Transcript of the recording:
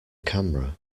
camera